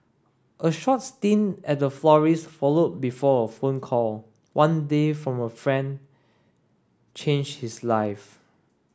a short stint at a florist's followed before a phone call one day from a friend changed his life